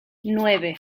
nueve